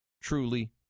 truly